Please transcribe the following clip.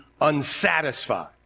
unsatisfied